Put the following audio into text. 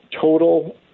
total